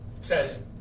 says